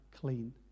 clean